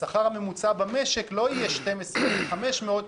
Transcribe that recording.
השכר הממוצע במשק לא יהיה 12,500,